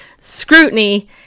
scrutiny